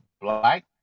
black